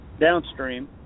downstream